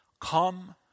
Come